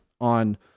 on